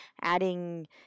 adding